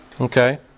Okay